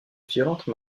violente